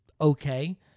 okay